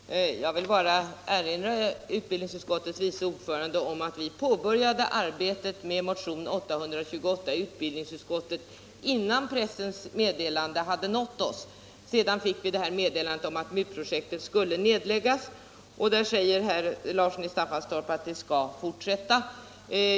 Fru talman! Jag vill bara erinra utbildningsutskottets vice ordförande om att utskottet påbörjade arbetet med motionen 828 innan pressens meddelande hade nått oss. Sedan fick vi detta meddelande om att MUT projektet skulle nedläggas, men nu säger herr Larsson i Staffanstorp att det skall fortsätta.